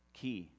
key